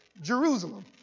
Jerusalem